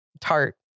tart